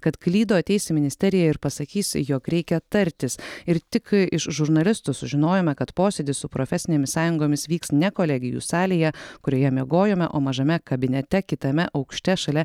kad klydo ateis į ministeriją ir pasakys jog reikia tartis ir tik iš žurnalistų sužinojome kad posėdis su profesinėmis sąjungomis vyks ne kolegijų salėje kurioje miegojome o mažame kabinete kitame aukšte šalia